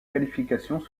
qualifications